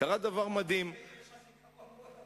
קרה דבר מדהים, יש לך זיכרון מאוד ארוך.